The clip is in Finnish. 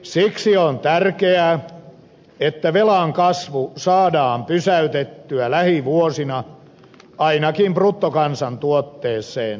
siksi on tärkeää että velan kasvu saadaan pysäytettyä lähivuosina ainakin bruttokansantuotteeseen suhteutettuna